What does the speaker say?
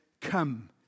come